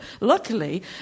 Luckily